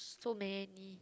so many